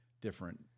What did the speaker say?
different